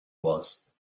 was